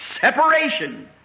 separation